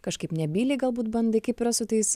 kažkaip nebyliai galbūt bandai kaip yra su tais